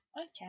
Okay